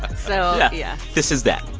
so yeah yeah. this is that.